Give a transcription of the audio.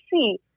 see